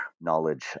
knowledge